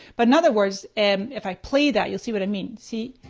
but in other words, and if i play that, you'll see what i mean. see,